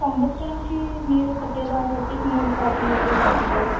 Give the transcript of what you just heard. సంవత్సరానికి మీరు కట్టేదానిబట్టి మూడు శాతం వడ్డీ వస్తుంది